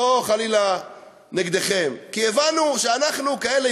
לא חלילה נגדכם כי הבנו שאנחנו כאלה,